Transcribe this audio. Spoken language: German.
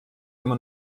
immer